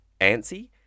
antsy